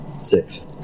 Six